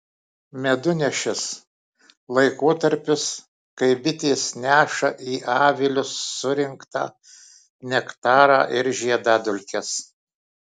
medunešis laikotarpis kai bitės neša į avilius surinktą nektarą ir žiedadulkes